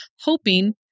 hoping